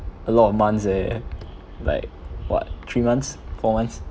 a lot of months eh like what three months four months